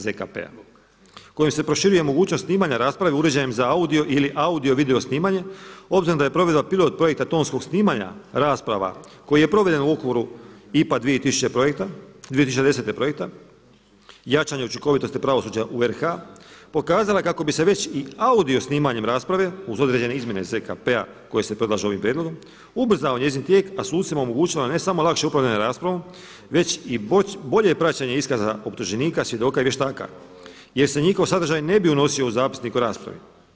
ZKP-a kojim se proširuje mogućnost snimanja rasprave uređajem za audio ili audio-video snimanje obzirom da je provedba pilot projekta tonskog snimanja rasprava koji je proveden u Vukovaru IPA 2010. projekta jačanje učinkovitosti pravosuđa u RH, pokazala je kako bi se već i audio snimanjem rasprave uz određene izmjene ZKP-a koji se predlaže ovim prijedlogom, ubrzao njezin tijek, a sucima omogućila ne samo lakše upravljanje raspravom, već i bolje praćenje iskaza optuženika, svjedoka i vještaka jer se njihov sadržaj ne bi unosio u zapisnik u raspravi.